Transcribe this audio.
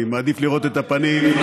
אני מעדיף לראות את הפנים,